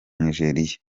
nigeriya